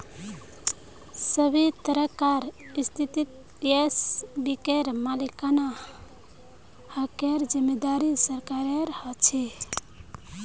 सभी तरहकार स्थितित येस बैंकेर मालिकाना हकेर जिम्मेदारी सरकारेर ह छे